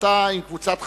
בצוותא עם קבוצת חברים,